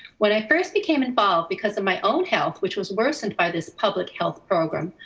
when i first became involved because of my own health, which was worsened by this public health program,